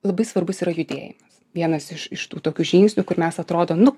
labai svarbus yra judėjimas vienas iš iš tų tokių žingsnių kur mes atrodo nu